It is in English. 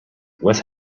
with